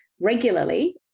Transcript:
regularly